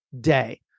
day